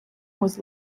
was